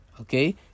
okay